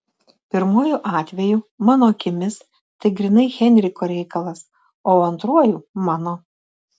pirmuoju atveju mano akimis tai grynai henriko reikalas o antruoju mano